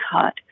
cut